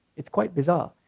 it's quite bizarre,